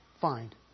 find